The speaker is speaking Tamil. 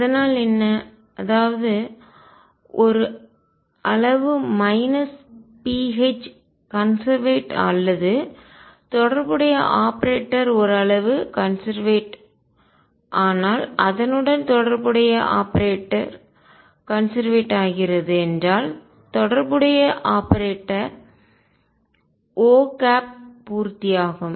அதனால் என்ன அதாவது ஒரு அளவு மைனஸ pH கன்செர்வேட் அல்லது தொடர்புடைய ஆபரேட்டர் ஒரு அளவு கன்செர்வேட் ஆனால் அதனுடன் தொடர்புடைய ஆபரேட்டர் கன்செர்வேட் ஆகிறது என்றால் தொடர்புடைய ஆபரேட்டர் O பூர்த்தியாகும்